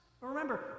Remember